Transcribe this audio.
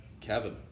Kevin